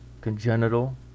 congenital